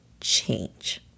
change